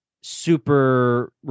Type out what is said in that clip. super